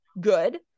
good